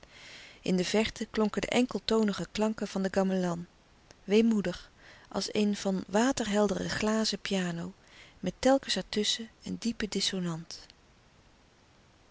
in de verte klonken de enkeltonige klanken van den gamelan weemoedig als van een waterheldere glazen piano met telkens er tusschen een diepe dissonant